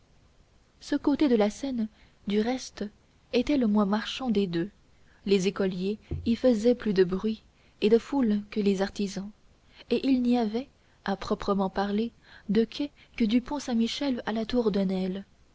ce côté de la seine du reste était le moins marchand des deux les écoliers y faisaient plus de bruit et de foule que les artisans et il n'y avait à proprement parler de quai que du pont saint-michel à la tour de nesle